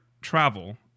travel